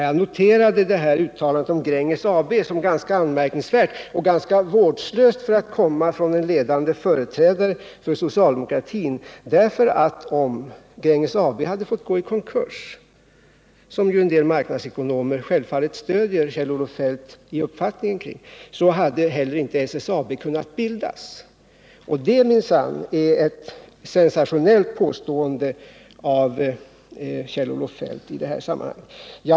Jag noterade uttalandet om Gränges AB som ganska anmärkningsvärt och ganska vårdslöst för att komma från en ledande företrädare för socialdemokratin, därför att om Gränges AB hade fått gå i konkurs — en del marknadsekonomer stöder självfallet Kjell-Olof Feldt i uppfattningen att det borde ha fått göra det —så hade inte heller SSAB kunnat bildas. Detta var alltså ett sensationellt påstående av Kjell-Olof Feldt i detta sammanhang.